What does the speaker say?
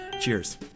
Cheers